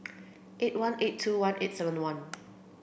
eight one eight two one eight seven one